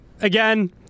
again